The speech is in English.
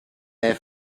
their